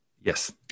Yes